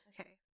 okay